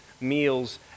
meals